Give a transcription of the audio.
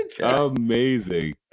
amazing